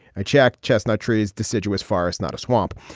i checked chestnut trees deciduous forests not a swamp.